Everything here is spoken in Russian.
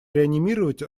реанимировать